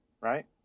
Right